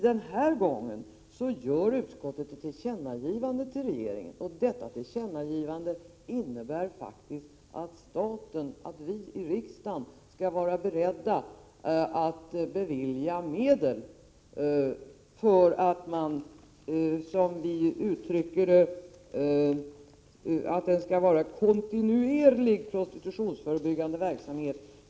Den här gången föreslår utskottet riksdagen att göra ett tillkännagivande till regeringen, och detta tillkännagivande innebär faktiskt att vi i riksdagen skall vara beredda att bevilja medel till, som vi uttrycker det, kontinuerlig prostitutionsförebyggande verksamhet.